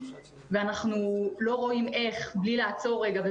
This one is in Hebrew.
ואנחנו לא רואים איך בלי לעצור רגע,